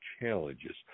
challenges